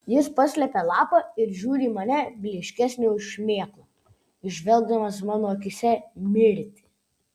jis paslepia lapą ir žiūri į mane blyškesnį už šmėklą įžvelgdamas mano akyse mirtį